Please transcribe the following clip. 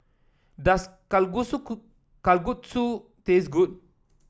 does Kalguksu Kalguksu taste good